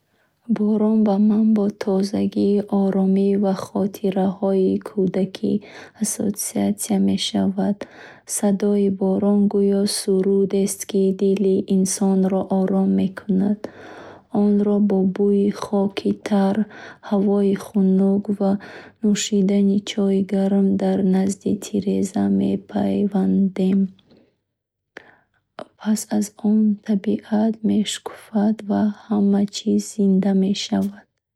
Борон ба ман бо тозагӣ, оромӣ ва хотираҳои кӯдакӣ ассоатсия мешавад. Садои борон гӯё сурудест, ки дили инсонро ором мекунад. Онро бо бӯйи хоки тар, ҳавои хунук ва нӯшидани чойи гарм дар назди тиреза мепайвандонем. Пас аз он табиат мешукуфад ва ҳама чиз зинда мешавад.